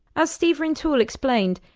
as steve rintoul explained,